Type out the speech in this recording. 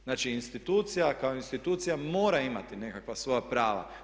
Znači institucija kao institucija mora imati nekakva svoja prava.